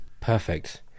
perfect